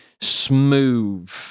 smooth